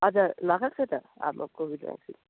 हजुर लगाएको छु त हाम्रो कोभिड भ्याक्सिन